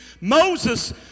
Moses